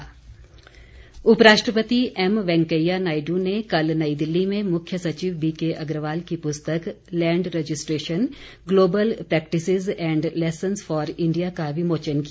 विमोचन उप राष्ट्रपति एम वेंकैया नायडू ने कल नई दिल्ली में मुख्य सचिव बीके अग्रवाल की पुस्तक land registration global practices and lessons for India का विमोचन किया